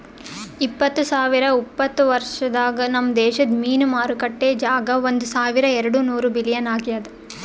ಇಪ್ಪತ್ತು ಸಾವಿರ ಉಪತ್ತ ವರ್ಷದಾಗ್ ನಮ್ ದೇಶದ್ ಮೀನು ಮಾರುಕಟ್ಟೆ ಜಾಗ ಒಂದ್ ಸಾವಿರ ಎರಡು ನೂರ ಬಿಲಿಯನ್ ಆಗ್ಯದ್